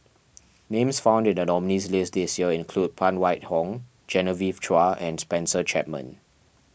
names found in the nominees' list this year include Phan Wait Hong Genevieve Chua and Spencer Chapman